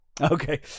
Okay